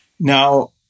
Now